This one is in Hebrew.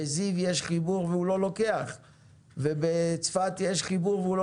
בזיו יש חיבור והוא לא לוקח ובצפת יש חיבור והוא לא